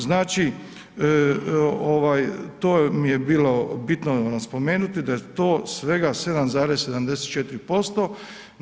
Znači to mi je bilo bitno spomenuti da je to svega 7,74%